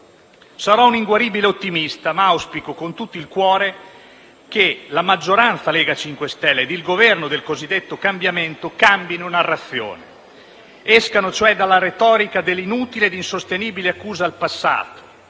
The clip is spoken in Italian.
Sarò un inguaribile ottimista, ma auspico con tutto il cuore che la maggioranza Lega e MoVimento 5 Stelle e il Governo del cosiddetto cambiamento cambino narrazioni ed escano dalla retorica dell'inutile e insostenibile accusa al passato.